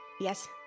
Yes